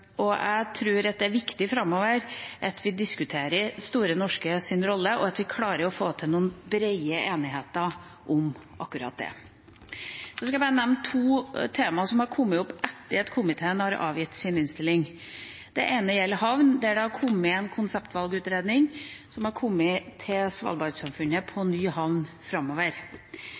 Jeg tror at det er viktig framover at vi diskuterer Store Norskes rolle, og at vi klarer å få til bred enighet om akkurat det. Så skal jeg bare nevne to temaer som har kommet opp etter at komiteen avga sin innstilling. Det ene gjelder havna. Det har kommet en konseptvalgutredning om ny havn til Svalbard-samfunnet framover. Det er klart at havna på